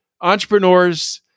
entrepreneurs